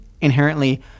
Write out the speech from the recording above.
inherently